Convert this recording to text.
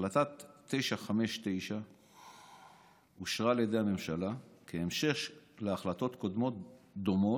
החלטה מס' 959 אושרה על ידי הממשלה בהמשך להחלטות קודמות דומות,